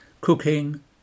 Cooking